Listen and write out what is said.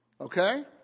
okay